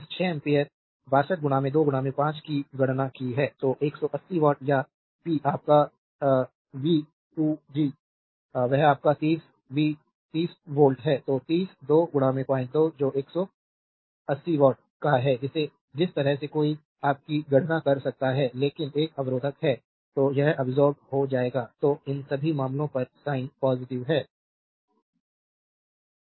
Glossary English Word Word Meaning Electrical electrical विद्युतीय Engineering engineering अभियांत्रिकी Theorem theorem प्रमेय residential residential आवासीय absorbed absorbed को अवशोषित analysis एनालिसिस विश्लेषण model मॉडल नमूना connection कनेक्शन संबंध expression एक्सप्रेशन अभिव्यंजना elements एलिमेंट्स तत्वों passive पैसिव निष्क्रिय operational ऑपरेशनल कार्य संबंधी dependent डिपेंडेंट आश्रित parameter पैरामीटर प्राचल amplifier एम्पलीफायर विस्तारक